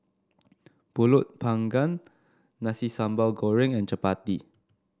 pulut Panggang Nasi Sambal Goreng and Chappati